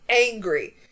angry